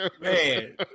man